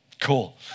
Cool